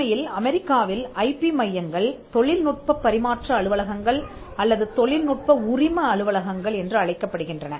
உண்மையில் அமெரிக்காவில் ஐபி மையங்கள் தொழில்நுட்பப் பரிமாற்ற அலுவலகங்கள் அல்லது தொழில் நுட்ப உரிம அலுவலகங்கள் என்று அழைக்கப்படுகின்றன